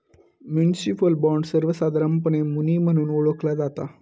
municipal bond, सर्वोसधारणपणे मुनी म्हणून ओळखला जाता